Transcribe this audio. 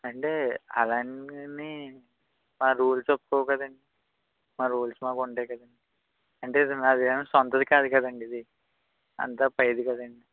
అంటే అలాగని మా రూల్స్ ఒప్పుకోవు కదండి మా రూల్స్ మాకు ఉంటాయి కదండి అంటే ఇది నాది ఏమి సొంతం కాదు కదండి ఇది అంతా పైది కదండి